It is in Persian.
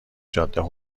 جاده